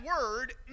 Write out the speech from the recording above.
word